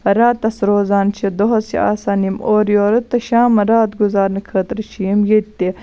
راتَس روزان چھِ دۄہَس چھِ آسان یِم اورٕ یورٕ تہٕ شامَن رات گُزارنہٕ خٲطرٕ چھِ یِم ییٚتہِ تہِ